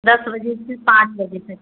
दस बजे से पाँच बजे तक